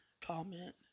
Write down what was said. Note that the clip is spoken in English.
comment